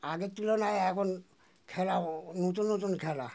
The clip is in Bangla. আগের তুলনায় এখন খেলা নতুন নতুন খেলা